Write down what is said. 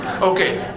Okay